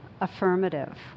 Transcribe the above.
affirmative